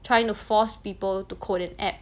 trying to force people to code an app